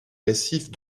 récifs